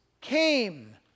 came